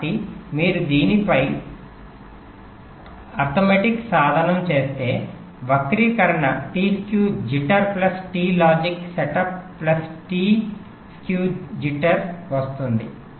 కాబట్టి మీరు దీనిపై అంకగణిత సాధనం చేస్తే వ్యక్తీకరణ t skew jitter plus T logic setup plus t skew jitter వస్తుంది